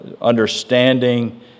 understanding